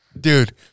Dude